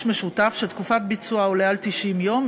משותף כשתקופת הביצוע עולה על 90 יום,